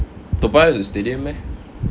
toa payoh has a stadium meh